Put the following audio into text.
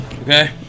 Okay